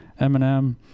Eminem